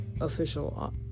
official